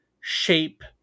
shape